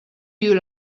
you